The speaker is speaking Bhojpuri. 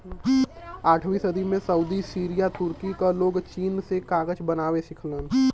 आठवीं सदी में सऊदी सीरिया तुर्की क लोग चीन से कागज बनावे सिखलन